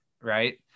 right